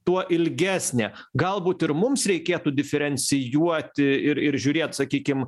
tuo ilgesnė galbūt ir mums reikėtų diferencijuoti ir ir žiūrėt sakykim